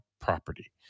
property